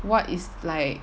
what is like